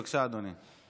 בבקשה, אדוני.